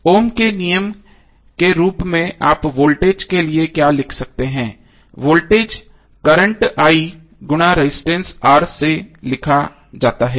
ओम के नियम के रूप में आप वोल्टेज के लिए क्या लिख सकते हैं वोल्टेज करंट I गुणा रेजिस्टेंस R से लिखा जाता है